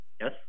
yes